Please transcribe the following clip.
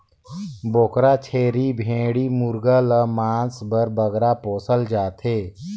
बोकरा, छेरी, भेंड़ी मुरगा ल मांस बर बगरा पोसल जाथे